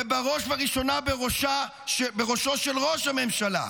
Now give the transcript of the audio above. ובראש ובראשונה בראשו של ראש הממשלה.